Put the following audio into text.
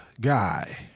guy